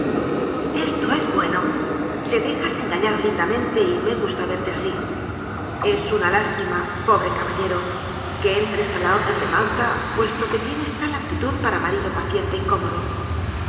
esto es bueno te dejas engañar lindamente y me gusta verte así es una lástima pobre caballero que entres en la orden de malta puesto que tienes tal aptitud para marido paciente y cómodo